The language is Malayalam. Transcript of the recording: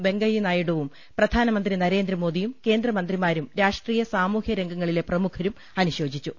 വെങ്കയ്യ നായിഡുവും പ്രധാനമന്ത്രി നരേന്ദ്രമോദിയും കേന്ദ്രമന്ത്രിമാരും രാഷ്ട്രീയ സാമൂഹ്യ രംഗങ്ങളിലെ പ്രമുഖരും അനുശോചിച്ചു